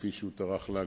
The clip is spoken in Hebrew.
כפי שהוא טרח להגיד,